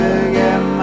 again